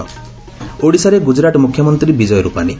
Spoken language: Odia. ଓଡ଼ିଶାରେ ଗୁଜୁରାଟ୍ ମୁଖ୍ୟମନ୍ତୀ ବିଜୟ ର୍ପାଣୀ